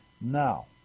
Now